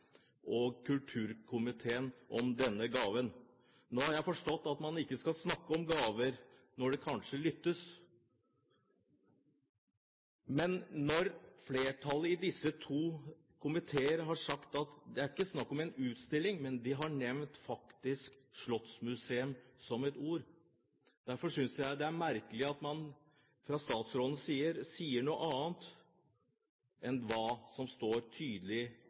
i kulturkomiteen om denne gaven. Nå har jeg forstått at man ikke skal snakke om gaver når det kanskje lyttes. Flertallet i disse to komiteene har sagt at det er ikke snakk om en utstilling, men de har nevnt ordet slottsmuseum. Derfor synes jeg det er merkelig at man fra statsrådens side sier noe annet enn hva som står tydelig